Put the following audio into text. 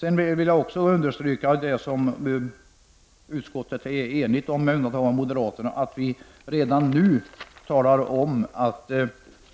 Jag vill även understryka det som utskottet är enigt om — det är bara moderaterna som har en annan uppfattning — nämligen att man redan nu talar om att